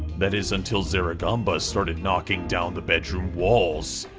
that is until zaraganba started knocking down the bedroom walls.